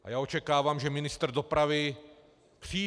A já očekávám, že ministr dopravy přijde.